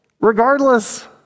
Regardless